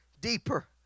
deeper